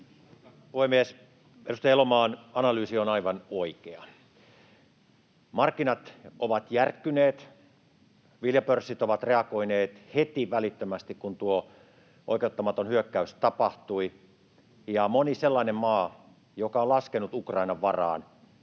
puhemies! Edustaja Elomaan analyysi on aivan oikea. Markkinat ovat järkkyneet, viljapörssit ovat reagoineet heti, välittömästi, kun tuo oikeuttamaton hyökkäys tapahtui, ja moni sellainen maa, joka on laskenut Ukrainan varaan